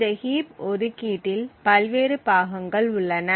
இந்த ஹீப் ஒதுக்கீட்டில் பல்வேறு பாகங்கள் உள்ளன